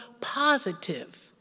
positive